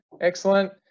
excellent